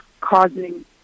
causing